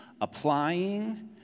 applying